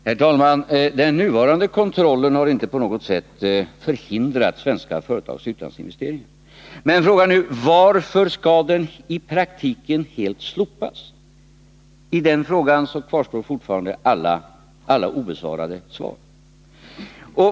Herr talman! Den nuvarande kontrollen har inte på något sätt förhindrat svenska företags utlandsinvesteringar. Men jag frågar nu: Varför skall den i praktiken helt slopas? I det avseendet kvarstår fortfarande alla frågor obesvarade.